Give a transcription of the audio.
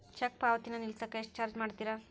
check ಪಾವತಿನ ನಿಲ್ಸಕ ಎಷ್ಟ ಚಾರ್ಜ್ ಮಾಡ್ತಾರಾ